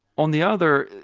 on the other,